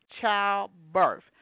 childbirth